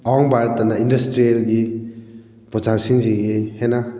ꯑꯋꯥꯡ ꯚꯥꯔꯠꯇꯅ ꯏꯟꯗꯁꯇ꯭ꯔꯤꯌꯦꯜꯒꯤ ꯄꯣꯠꯆꯥꯛꯁꯤꯡꯁꯤꯒꯤ ꯍꯦꯟꯅ